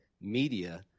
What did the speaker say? media